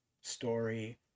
story